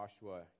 Joshua